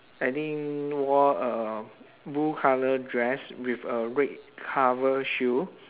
I think wore a blue colour dress with a red cover shoe